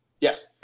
yes